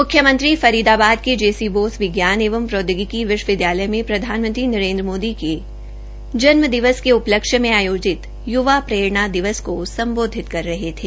मुख्यमंत्री फरीदाबाद के जे सी बोस विज्ञान एवं प्रोदयोगिकी विश्वविदयालय में प्रधानमंत्री नरेन्द्र मोदी के जन्म दिवस के उपलक्ष्य में आयोजित युवा प्ररेणा दिवस को सम्बोधित कर रहे थे